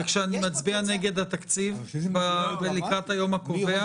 וכשאני מצביע נגד התקציב לקראת היום הקובע?